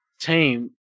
team